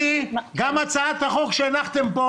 טלי, גם הצעת החוק שהנחתם פה